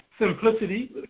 Simplicity